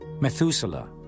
Methuselah